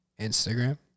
Instagram